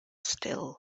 still